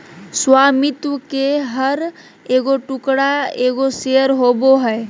स्वामित्व के हर एगो टुकड़ा एगो शेयर होबो हइ